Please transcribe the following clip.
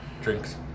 Drinks